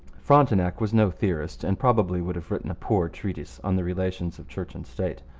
frontenac was no theorist, and probably would have written a poor treatise on the relations of church and state.